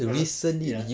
ah ya